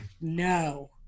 no